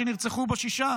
שנרצחו בו שישה?